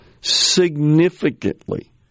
significantly